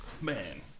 man